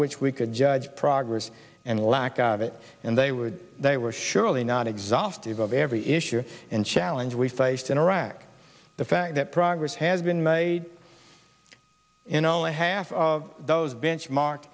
which we could judge progress and lack of it and they would they were surely not exhaustive of every issue and challenge we face in iraq the fact that progress has been made in only half of those benchmark